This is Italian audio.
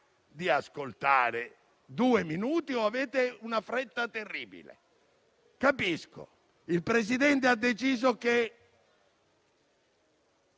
di ascoltare due minuti o avete una fretta terribile? Il Presidente ha deciso.